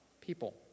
people